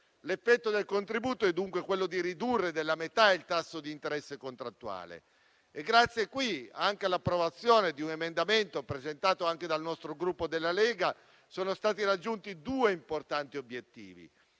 L'effetto del contributo è dunque quello di ridurre della metà il tasso di interesse contrattuale e grazie, anche qui, all'approvazione di un emendamento presentato anche dal Gruppo Lega, sono stati raggiunti due importanti obiettivi.